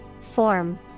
Form